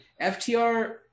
FTR